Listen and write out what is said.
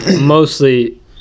mostly